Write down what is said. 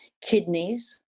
Kidneys